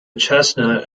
chestnut